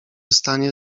stanie